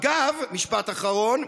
אגב, משפט אחרון,